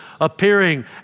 appearing